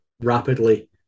rapidly